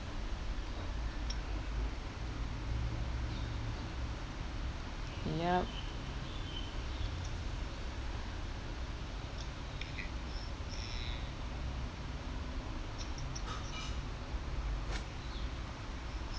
yup